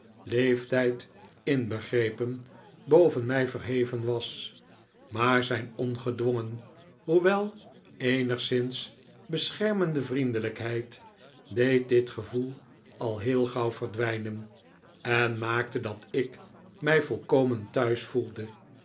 leeftijd inbegrepen boven mij verheven was maar zijh ongedwongen hoewel eenigszins beschermende vriendelijkheid deed dit gevoel al heel gauw verdwijnen en maakte dat ik mij volkomen thuis voelde